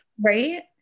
right